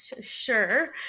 sure